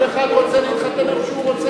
כל אחד רוצה להתחתן איפה שהוא רוצה,